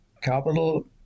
capital